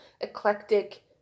eclectic